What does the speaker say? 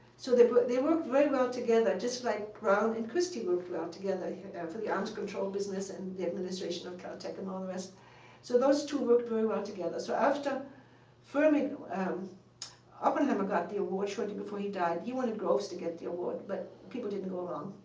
so they but they worked very well together, just like brown and christy worked well together for the arms control business and the administration of caltech and um so those two worked very well together. so after fermi, oppenheimer got the award shortly before he died. he wanted groves to get the award, but people didn't go along.